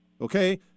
okay